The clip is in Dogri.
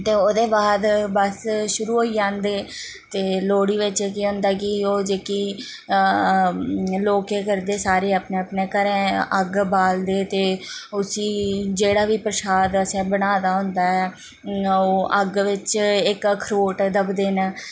ते ओह्दे बाद बस शुरू होई जांदे ते लोह्ड़ी बिच्च केह् होंदा कि ओह् जेह्की लोग केह् करदे सारे अपने अपने घरें अग्ग बालदे ते उसी जेह्ड़ा बी प्रसाद असें बनाए दा होंदा ऐ ओह् अग्ग बिच्च इक अखरोट दबदे न